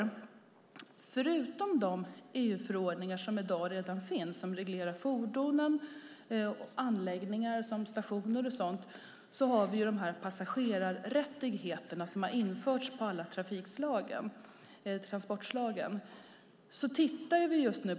Förutom de EU-förordningar som redan finns i dag och som reglerar fordonen och anläggningar som stationer och liknande har vi ju som jag nämnde i svaret också de passagerarrättigheter som har införts i alla transportslag.